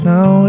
Now